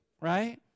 Right